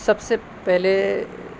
سب سے پہلے